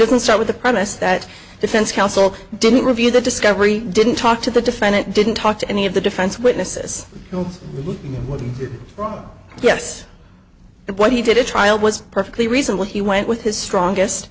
doesn't start with the premise that defense counsel didn't review the discovery didn't talk to the defendant didn't talk to any of the defense witnesses no problem yes but what he did at trial was perfectly reasonable he went with his strongest